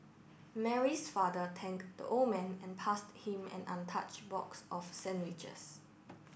Mary's father thanked the old man and passed him an untouched box of sandwiches